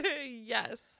Yes